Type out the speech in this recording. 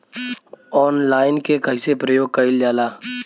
Online के कइसे प्रयोग कइल जाला?